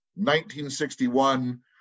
1961